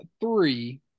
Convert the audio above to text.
three